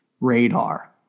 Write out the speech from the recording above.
radar